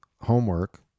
homework